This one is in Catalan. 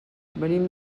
venim